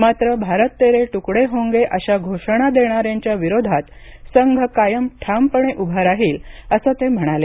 मात्रभारत तेरे ट्रकडे होंगे अशा घोषणा देणाऱ्यांच्या विरोधात संघ कायम ठामपणे उभा राहील असं ते म्हणाले